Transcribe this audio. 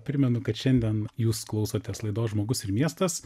primenu kad šiandien jūs klausotės laidos žmogus ir miestas